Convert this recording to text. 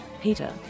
Peter